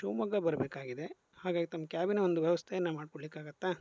ಶಿವಮೊಗ್ಗ ಬರಬೇಕಾಗಿದೆ ಹಾಗಾಗಿ ತಮ್ಮ ಕ್ಯಾಬಿನ ಒಂದು ವ್ಯವಸ್ಥೆನ ಮಾಡ್ಕೊಡ್ಲಿಕ್ಕಾಗುತ್ತಾ